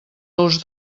ous